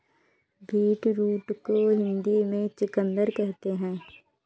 beetroot को हिंदी में चुकंदर कहते हैं